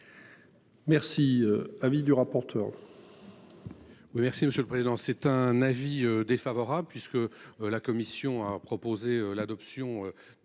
Merci. Avis du rapporteur.--